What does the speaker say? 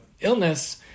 illness